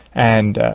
and,